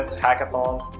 hackathons,